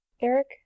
Eric